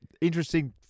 interesting